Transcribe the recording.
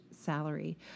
salary